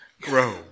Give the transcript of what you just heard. grow